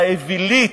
האווילית,